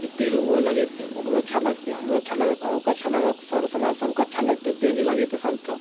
जे पेड़ ओहो लगेतै ओकरो अच्छा लगतै हमरो अच्छा लगत अहुँके अच्छा लगत सरो समाज सबके अच्छा लगतै पेड़ जे लगेतै सब तऽ